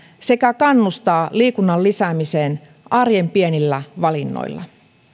sekä kannustaa liikunnan lisäämiseen arjen pienillä valinnoilla